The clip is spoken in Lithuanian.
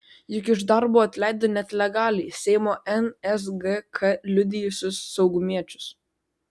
juk iš darbo atleido net legaliai seimo nsgk liudijusius saugumiečius